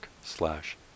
slash